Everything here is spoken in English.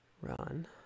run